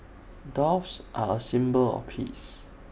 doves are A symbol of peace